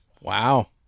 Wow